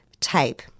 tape